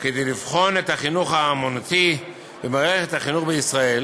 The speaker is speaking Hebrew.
כדי לבחון את החינוך האמנותי במערכת החינוך בישראל